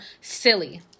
silly